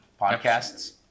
podcasts